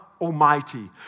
Almighty